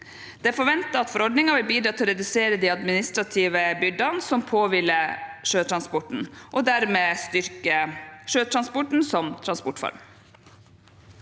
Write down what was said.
staters systemer. Forordningen vil bidra til å redusere de admi nistrative byrdene som påhviler sjøtransporten, og dermed styrke sjøtransporten som transportform.